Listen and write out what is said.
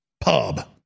Pub